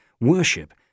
worship